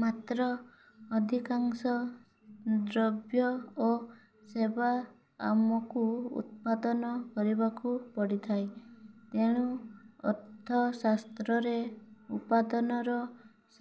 ମାତ୍ର ଅଧିକାଂଶ ଦ୍ରବ୍ୟ ଓ ସେବା ଆମକୁ ଉତ୍ପାଦନ କରିବାକୁ ପଡ଼ିଥାଏ ତେଣୁ ଅର୍ଥ ଶାସ୍ତ୍ରରେ ଉପାଦାନର